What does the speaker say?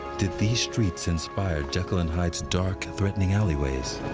did these streets inspire jekyll and hyde's dark, threatening alleyways?